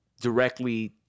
directly